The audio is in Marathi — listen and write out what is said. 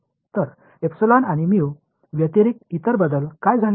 तर एपिसलन आणि म्यू व्यतिरिक्त इतर बदल काय झाले